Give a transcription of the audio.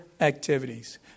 activities